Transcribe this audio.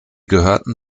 gehörten